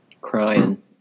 crying